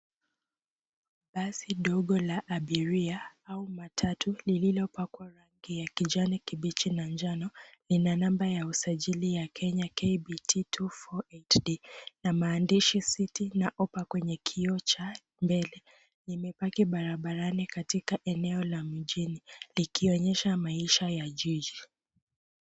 Basi dogo la abiria au matatu lililopakwa rangi ya kijani kibichi na njano, lina namba ya usajili ya Kenya KBT 248D na maandishi Citi na Hoppa kwenye kioo cha mbele. Limepaki barabarani katika eneo la mjini, likionyesha maisha ya jiji.